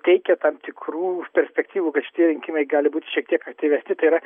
teikia tam tikrų perspektyvų kad šitie rinkimai gali būti šiek tiek aktyvesni tai yra